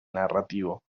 narrativo